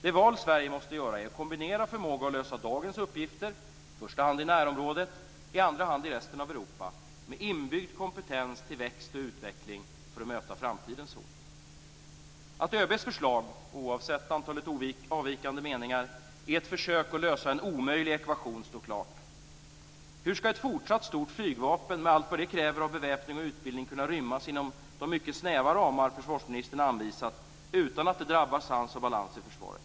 Det val som Sverige måste göra är att kombinera förmågan att lösa dagens uppgifter - i första hand i närområdet, i andra hand i resten av Europa - med inbyggd kompetens till växande och utveckling för att möta framtidens hot. Att ÖB:s förslag, oavsett antalet avvikande meningar, är ett försök att lösa en omöjlig ekvation står klart. Hur skall ett fortsatt stort flygvapen, med allt vad det kräver av beväpning och utbildning, kunna rymmas inom de mycket snäva ramar som försvarsministern anvisat utan att det drabbar sans och balans i försvaret?